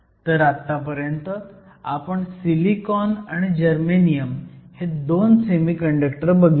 तर आत्तापर्यंत आपण सिलिकॉन आणि जर्मेनियम हे 2 सेमीकंडक्टर बघितले